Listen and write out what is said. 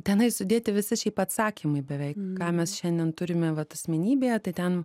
tenai sudėti visi šiaip atsakymai beveik ką mes šiandien turime vat asmenybėje tai ten